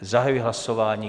Zahajuji hlasování.